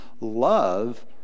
love